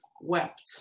wept